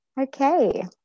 Okay